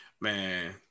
Man